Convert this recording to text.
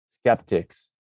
skeptics